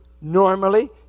normally